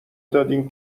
دادین